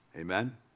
Amen